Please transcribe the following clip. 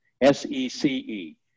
S-E-C-E